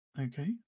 Okay